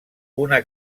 una